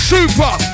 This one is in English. Super